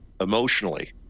emotionally